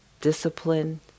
discipline